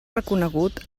reconegut